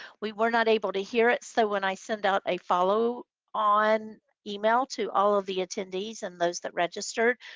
we were not able to hear it. so when i send out a follow up email to all of the attendees and those that registered,